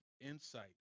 insight